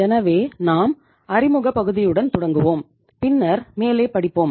எனவே நாம் அறிமுக பகுதியுடன் தொடங்குவோம் பின்னர் மேலே படிப்போம்